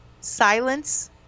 silence